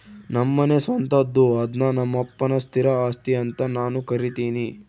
ನಮ್ಮನೆ ಸ್ವಂತದ್ದು ಅದ್ನ ನಮ್ಮಪ್ಪನ ಸ್ಥಿರ ಆಸ್ತಿ ಅಂತ ನಾನು ಕರಿತಿನಿ